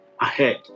ahead